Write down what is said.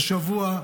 הינה,